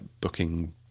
booking